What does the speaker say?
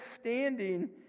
standing